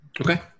Okay